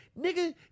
Nigga